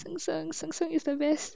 生生生生 is the best